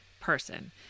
person